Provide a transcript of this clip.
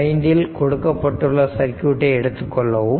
15 இல் கொடுக்கப்பட்டுள்ள சர்க்யூட்டை எடுத்துக் கொள்ளவும்